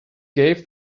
gave